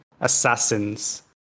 assassins